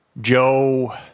Joe